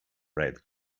red